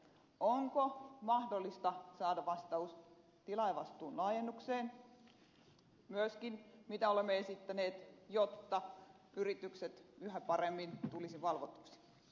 onko mahdollista saada vastaus koskien tilaajavastuun laajennusta mitä myöskin olemme esittäneet jotta yritykset yhä paremmin tulisivat valvotuiksi